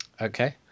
okay